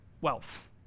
wealth